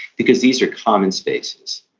because these are common spaces,